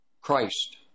Christ